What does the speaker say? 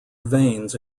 veins